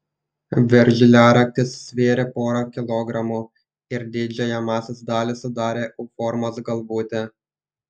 veržliaraktis svėrė porą kilogramų ir didžiąją masės dalį sudarė u formos galvutė